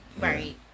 right